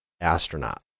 astronaut